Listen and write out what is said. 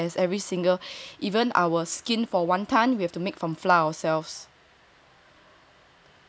every single thing yes every single even our skin for wonton we have to make from flour ourselves